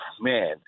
man